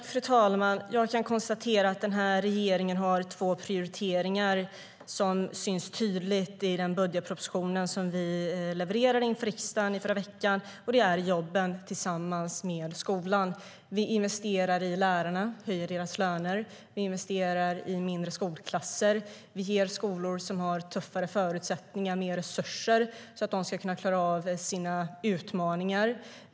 Fru talman! Jag kan konstatera att den här regeringen har två prioriteringar som syns tydligt i den budgetproposition som vi levererade till riksdagen förra veckan, och det är jobben tillsammans med skolan. Vi investerar i lärarna, höjer deras löner. Vi investerar i mindre skolklasser. Vi ger skolor som har tuffare förutsättningar mer resurser, så att de ska klara av sina utmaningar.